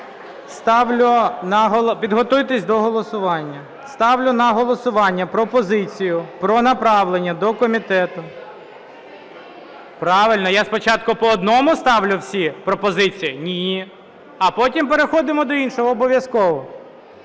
Ставлю на голосування пропозицію про направлення до комітету... (Шум у залі) Правильно. Я спочатку по одному ставлю всі пропозиції? Ні, а потім переходимо до іншого, обов'язково.